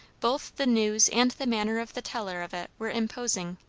both the news and the manner of the teller of it were imposing.